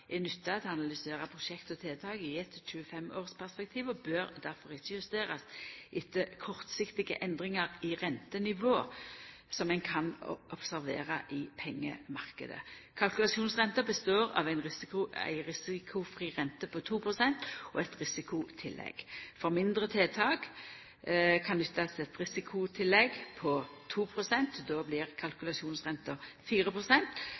er nytta til å analysera prosjekt og tiltak i eit 25-årsperspektiv, og bør difor ikkje justerast etter kortsiktige endringar i rentenivå som ein kan observera i pengemarknaden. Kalkulasjonsrenta består av ei risikofri rente på 2 pst. og eit risikotillegg. For mindre tiltak kan ein nytta eit risikotillegg på 2 pst. Då blir